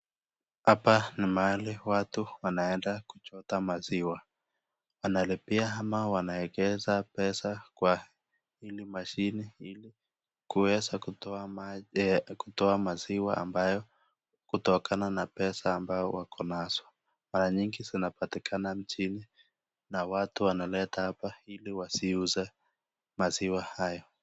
Hapa ni mahali ambapo watu wanenda kuchota maziwa. Wanalipia ama wanaekeza pesa kwa hili mashini kuweza kutoa maziwa ambayo hutokana na pesa ambayo wako nazo. Mara nyingi zinapatikana mjini na watu wanaleta hapa ili waziuze maziwa hayo.